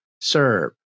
serve